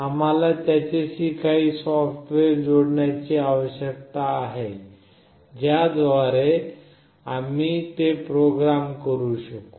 आम्हाला त्याच्याशी काही सॉफ्टवेअर जोडण्याची आवश्यकता आहे ज्या द्वारे आम्ही ते प्रोग्राम करू शकू